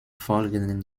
folgenden